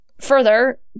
Further